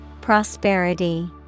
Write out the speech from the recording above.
Prosperity